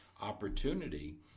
opportunity